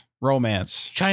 Romance